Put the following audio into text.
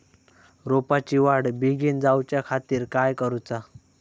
रोपाची वाढ बिगीन जाऊच्या खातीर काय करुचा?